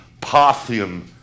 Parthian